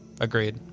Agreed